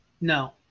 no